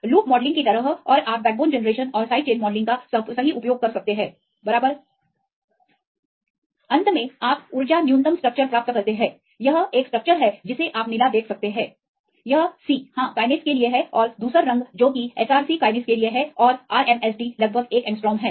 loop modeling की तरह और आप बैकबोन जनरेशन और साइड चेन मॉडलिंग का सही उपयोग कर सकते हैं बराबर अंत में आप ऊर्जा न्यूनतम स्ट्रक्चर प्राप्त करते हैं यह एक स्ट्रक्चर है जिसे आप नीला देख सकते हैं यह C हां काइनेज के लिए है और धूसर रंग जो कि एसआरसी काइनेज के लिए है और आरएमएसडी RMSD लगभग 1 एंग्स्ट्रॉम है